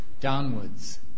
downwards